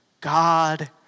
God